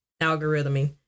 algorithming